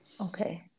Okay